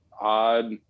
odd